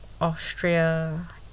Austria